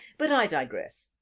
but i digress,